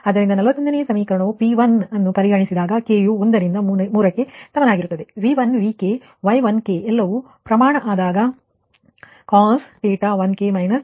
ಆದ್ದರಿಂದ 41ನೇ ಸಮೀಕರಣವು P1 ಪರಿಗಣಿಸಿದಾಗ k ಯು 1 ರಿಂದ 3 ಕ್ಕೆ ಸಮನಾಗಿರುತ್ತದೆ V1 Vk Y1k ಎಲ್ಲವೂ ಪ್ರಮಾಣ ಆದಾಗ cosθ1k − δ1 δk ಸಿಗುತ್ತದೆ